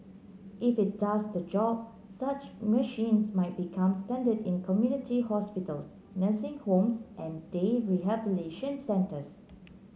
if it does the job such machines might become standard in community hospitals nursing homes and day rehabilitation centres